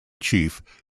chief